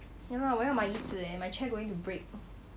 nevermin 我要买椅子 leh my chair going to break